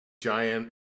giant